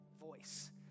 voice